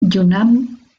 yunnan